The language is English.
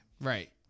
right